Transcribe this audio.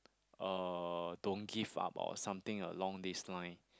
uh don't give up or something along this line